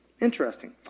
Interesting